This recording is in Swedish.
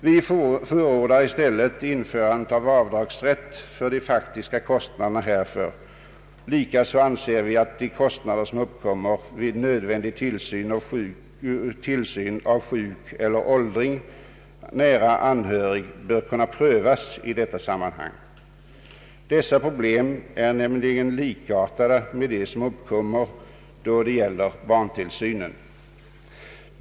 Vi förordar i stället införandet av avdragsrätt för de faktiska kostnaderna, och på samma sätt anser vi att de kostnader som uppkommer vid nödvändig tillsyn av nära anhörig som är sjuk eller gammal bör prövas. Dessa problem är nämligen likartade med dem som uppkommer vid barntillsyn.